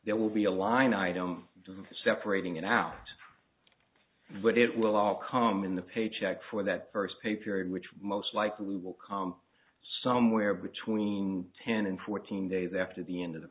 there will be a line item separating it out but it will all come in the paycheck for that first pay period which most likely will come somewhere between ten and fourteen days after the end of the